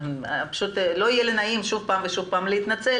פשוט לא יהיה לי נעים שוב ושוב להתנצל.